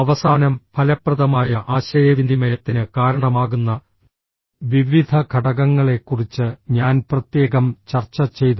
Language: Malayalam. അവസാനം ഫലപ്രദമായ ആശയവിനിമയത്തിന് കാരണമാകുന്ന വിവിധ ഘടകങ്ങളെക്കുറിച്ച് ഞാൻ പ്രത്യേകം ചർച്ച ചെയ്തു